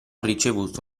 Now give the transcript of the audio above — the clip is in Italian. ricevuto